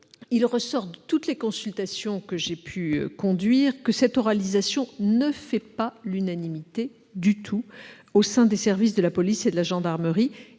il ressort de toutes les consultations que j'ai pu conduire que cette oralisation ne fait pas du tout l'unanimité au sein des services de la police et de la gendarmerie.